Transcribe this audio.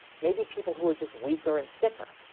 maybe people who are just weaker and sicker.